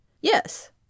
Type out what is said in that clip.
Yes